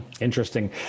Interesting